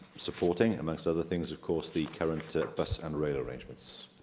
supporting, amongst other things, of course, the current bus and rail arrangements.